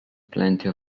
plenty